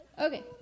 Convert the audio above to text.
Okay